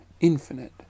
infinite